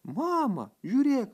mama žiūrėk